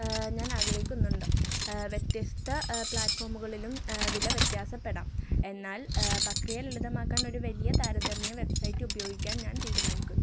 ഞാൻ ആഗ്രഹിക്കുന്നുണ്ട് വ്യത്യസ്ത പ്ലാറ്റ്ഫോമുകളിലും വില വ്യത്യാസപ്പെടാം എന്നാൽ പക്രിയ ലളിതമാക്കാൻ ഒരു വലിയ താരതമ്യ വെബ്സൈറ്റ് ഉപയോഗിക്കാൻ ഞാൻ തീരുമാനിക്കുന്നു